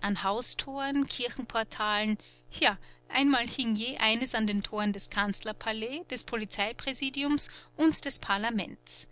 an haustoren kirchenportalen ja einmal hing je eines an den toren des kanzlerpalais des polizeipräsidiums und des parlamentes